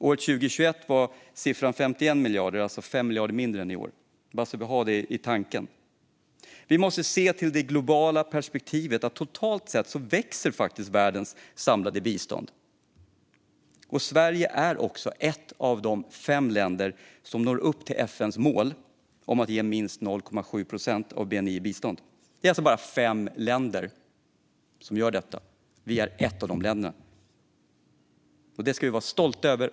År 2021 var siffran 51 miljarder, alltså 5 miljarder mindre än i år. Jag säger detta bara för att vi ska ha det i tanken. Vi måste se till det globala perspektivet. Totalt sett växer faktiskt världens samlade bistånd. Sverige är också ett av de fem länder som når upp till FN:s mål om att ge minst 0,7 procent av bni i bistånd. Det är alltså bara fem länder som gör detta. Vi är ett av de länderna, och det ska vi vara stolta över.